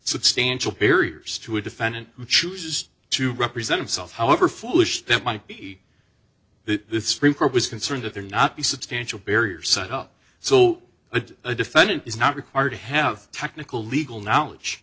substantial barriers to a defendant who chooses to represent himself however foolish that might be that this report was concerned if they're not be substantial barriers set up so that a defendant is not required to have technical legal knowledge